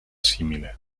simile